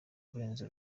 kurenza